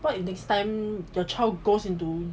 what if next time your child goes into